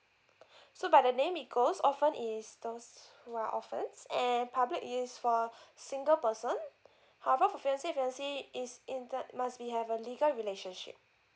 so by the name it goes orphan is those who are orphans and public is for single person however for fiance and fiancee is in that must be have a legal relationship